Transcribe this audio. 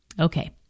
Okay